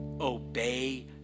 Obey